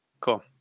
Cool